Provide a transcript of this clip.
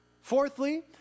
Fourthly